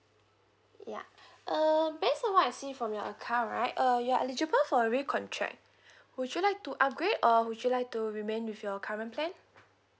ya err base on what I see from your account right uh you are eligible for recontract would you like to upgrade or would you like to remain with your current plan